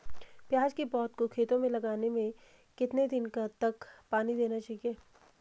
प्याज़ की पौध को खेतों में लगाने में कितने दिन तक पानी देना चाहिए?